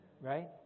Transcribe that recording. Right